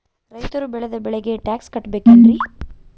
ರೈತರು ಬೆಳೆದ ಬೆಳೆಗೆ ಟ್ಯಾಕ್ಸ್ ಕಟ್ಟಬೇಕೆನ್ರಿ?